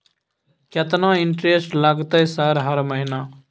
केतना इंटेरेस्ट लगतै सर हर महीना?